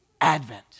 Advent